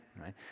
right